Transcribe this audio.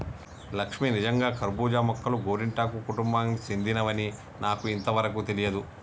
లక్ష్మీ నిజంగా కర్బూజా మొక్కలు గోరింటాకు కుటుంబానికి సెందినవని నాకు ఇంతవరకు తెలియదు